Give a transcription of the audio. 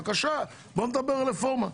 בבקשה, בואו נדבר על רפורמה.